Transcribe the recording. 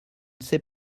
sait